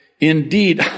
Indeed